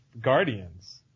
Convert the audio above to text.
Guardians